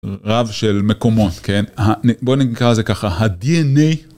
רב של מקומות, כן? בואו נקרא לזה ככה, הדי.אן.איי.